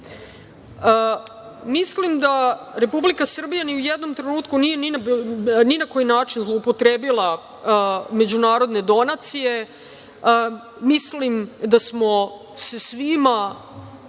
Mislim da Republika Srbija ni u jednom trenutku nije ni na koji način zloupotrebila međunarodne donacije. Mislim da smo se svima